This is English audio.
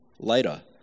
later